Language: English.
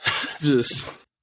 just-